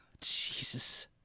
Jesus